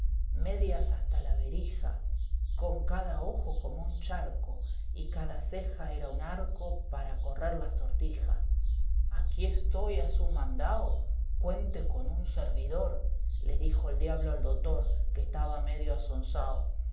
medias hasta la berija con cada ojo como un charco y cada ceja era un arco para correr la sortija fausto aquí estoy a su mandao cuente con un servidor le dijo el diablo al dotor qu-e estaba medio asonsao